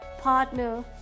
partner